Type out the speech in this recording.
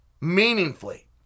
Meaningfully